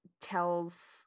tells